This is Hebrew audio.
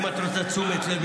אם את רוצה תשומת לב